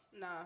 Nah